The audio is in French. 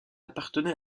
appartenait